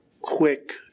quick